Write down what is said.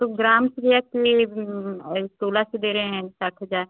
तो ग्राम से भैया कि यह तोला से दे रहे हैं साठ हज़ार